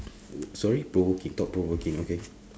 sorry provoking thought provoking okay